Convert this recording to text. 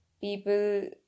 people